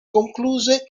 concluse